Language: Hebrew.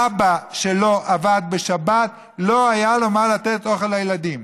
אבא שלא עבד בשבת לא היה לו מה לתת אוכל לילדים.